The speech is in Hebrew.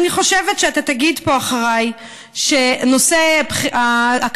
אני חושבת שאתה תגיד פה אחריי שנושא ההקמה